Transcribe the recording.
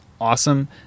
awesome